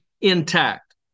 intact